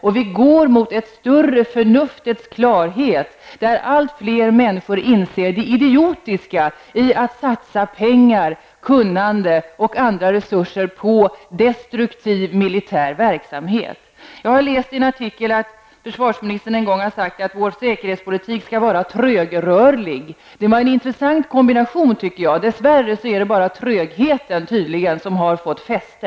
Vi går också mot en större förnuftets klarhet, där allt fler människor inser det idiotiska i att satsa pengar, kunnande och andra resurser på destruktiv militär verksamhet. Jag har läst i en artikel att försvarsministern en gång har sagt att vår säkerhetspolitik skall vara trögrörlig. Jag tycker att det är en intressant kombination. Dess värre är det tydligen bara trögheten som har fått fäste.